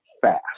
fast